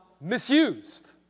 misused